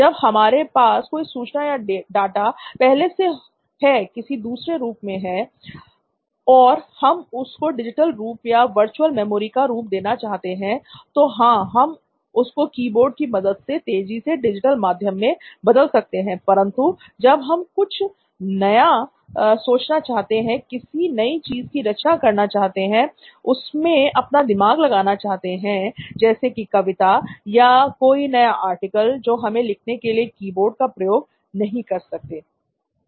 जब हमारे पास कोई सूचना या डाटा पहले से किसी दूसरे रूप में है और हम उसको डिजिटल रूप या वर्चुअल मेमोरी का रूप देना चाहते हैं तो हां हम उसको कीबोर्ड की मदद से तेजी से डिजिटल माध्यम में बदल सकते हैं परंतु जब हम कुछ नया सोचना चाहते हैं किसी नई चीज की रचना करना चाहते हैं उसमें अपना दिमाग लगाना चाहते हैं जैसे कि कविता या कोई नया आर्टिकल तो हम लिखने के लिए कीबोर्ड का प्रयोग नहीं कर सकते हैं